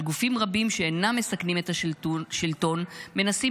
על גופים רבים שאינם מסכנים את השלטון מנסים